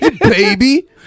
baby